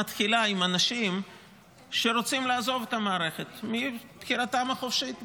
מתחילה עם אנשים שרוצים לעזוב את המערכת מבחירתם החופשית.